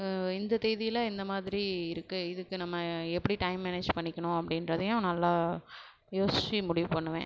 இந்த தேதியில் இந்த மாதிரி இருக்குது இதுக்கு நம்ம எப்படி டைம் மேனேஜ் பண்ணிக்கணும் அப்படின்றதையும் நல்லா யோசித்து முடிவு பண்ணுவேன்